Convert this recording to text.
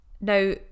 Now